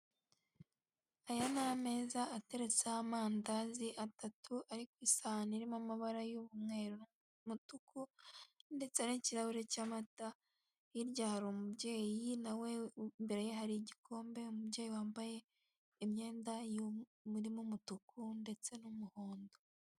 Aya ni ameza ateretseho amandazi atatu, ari ku isahani irimo amabara y'umweru n'umutuku ndetse n'ikirahure cy'amata, hirya hari umubyeyi nawe imbere hari igikombe, umubyeyi wambaye imyenda irimo umutuku ndetse n'umuhondo.